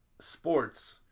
sports